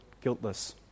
guiltless